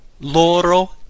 Loro